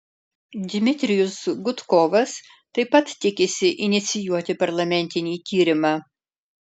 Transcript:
dmitrijus gudkovas taip pat tikisi inicijuoti parlamentinį tyrimą